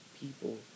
people